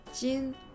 Jin